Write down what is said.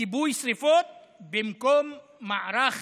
כיבוי שרפות במקום מערך